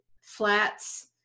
flats